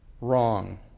wrong